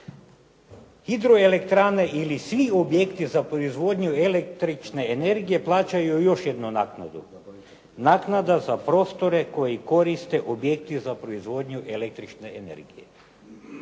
hidroelektrane ili svi objekti za proizvodnju električne energije plaćaju još jednu naknadu, naknada za prostore koje koriste objekti za proizvodnju električne energije,